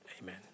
Amen